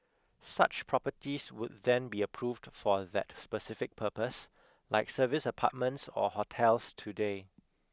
such properties would then be approved for that specific purpose like service apartments or hotels today